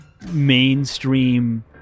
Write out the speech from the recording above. Mainstream